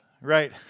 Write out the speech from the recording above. Right